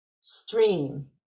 stream